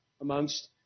amongst